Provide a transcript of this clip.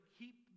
keep